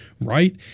right